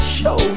show